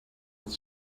het